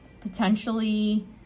potentially